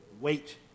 Wait